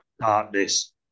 darkness